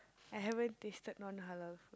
I haven't tasted non halal food